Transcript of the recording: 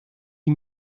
die